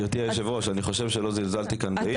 גברתי היושבת-ראש, אני חושב שלא זלזלתי כאן באיש.